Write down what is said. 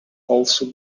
also